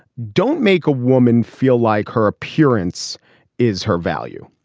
don't make a woman feel like her appearance is her value.